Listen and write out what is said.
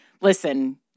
listen